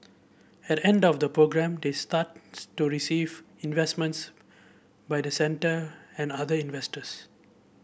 at the end of the programme they stands to receive investments by the centre and other investors